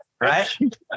right